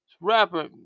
rapper